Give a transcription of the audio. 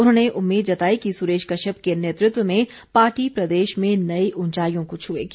उन्होंने उम्मीद जताई कि सुरेश कश्यप के नेतृत्व में पार्टी प्रदेश में नई उंचाईयों को छुएगी